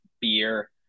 beer